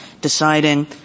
deciding